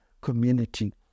community